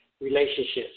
relationships